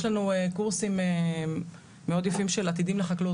יש לנו קורסים מאוד יפים של עתידים לחקלאות,